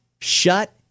Shut